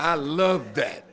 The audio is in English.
i love that